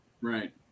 Right